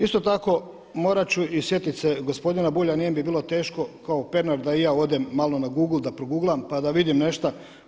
Isto tako morat ću i sjetit se gospodina Bulja, nije mi bilo teško kao Pernar da i ja odem malo na Google, da proguglam, pa da vidim nešta.